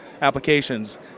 applications